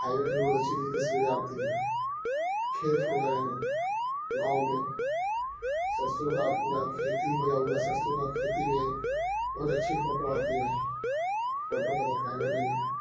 highway بھی بہت اچھی اچھی تصویریں آتی ہے کھیت ہو گئے ہیں گاؤں میں سرسوں کا پورا کھیتی ہویا ہوا سرسوں کا کھیتی میں بہت اچھی فوٹو آتی ہے فوٹو کا تو کہنا نہیں ہے